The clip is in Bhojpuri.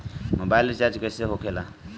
मोबाइल रिचार्ज कैसे होखे ला?